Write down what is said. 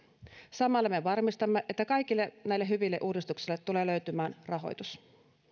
samalla me varmistamme että kaikille näille hyville uudistuksille tulee löytymään rahoitus